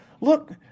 Look